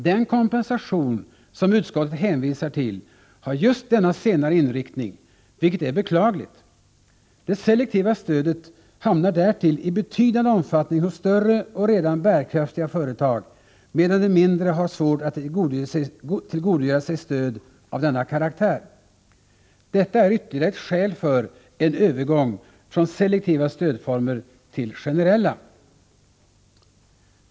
Den kompensation som utskottet hänvisar till har just denna senare inriktning, vilket är beklagligt. Det selektiva stödet hamnar därtill i betydande omfattning hos större och redan bärkraftiga företag, medan de mindre har svårt att tillgodogöra sig stöd av denna karaktär. Detta är ytterligare ett skäl för en övergång från selektiva stödformer till generella.